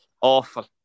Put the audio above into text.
Awful